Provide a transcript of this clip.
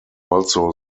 also